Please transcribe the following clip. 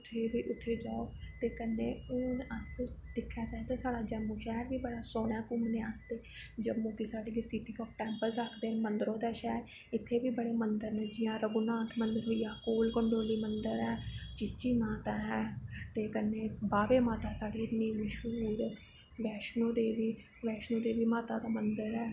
उत्थें जाओ ते कन्नै हून अस तुस दिक्खेआ जाए ते साढ़ा जम्मू शैह्र बी बड़ा सोह्ना ऐ घूमने आस्तै जम्मू गी साढ़ी गी सिटी ऑफ टैंपल्स आखदे म मन्दरें दा शैह्र इत्थें बी बड़े मन्दर न जियां रघुनाथ मन्दर होई गेआ कोल कंडोली मंदर ऐ चीची माता ऐ ते कन्नै बाह्वे माता साढ़ी इन्नी मश्हूर वैश्णो देवी माता दा मन्दर ऐ